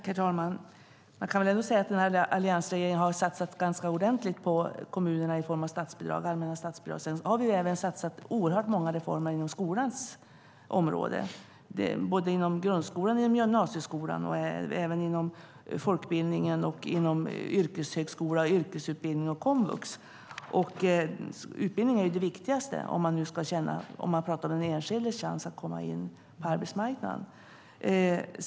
Herr talman! Alliansregeringen har satsat ganska ordentligt på kommunerna i form av allmänna statsbidrag. Vi har även satsat på många reformer inom skolans område, såväl inom grundskolan och gymnasieskolan som inom folkbildningen, yrkeshögskola, yrkesutbildning och komvux. Utbildning är det viktigaste när man pratar om den enskildes chans att komma in på arbetsmarknaden.